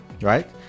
right